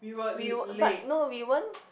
we wer~ but no we weren't